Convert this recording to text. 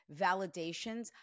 validations